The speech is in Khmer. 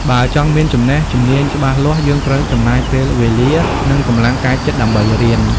បើចង់មានចំណេះជំនាញច្បាស់លាស់ យើងត្រូវចំណាយពេលវេលា និងកម្លាំងកាយចិត្តដើម្បីរៀន។